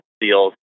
deals